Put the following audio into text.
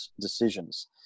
decisions